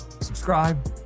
subscribe